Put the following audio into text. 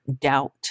doubt